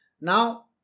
Now